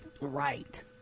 right